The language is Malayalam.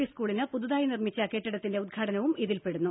പി സ്കൂളിന് പുതുതായി നിർമ്മിച്ച കെട്ടിടത്തിന്റെ ഉദ്ഘാടനവും ഇതിൽപെടുന്നു